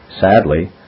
Sadly